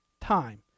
time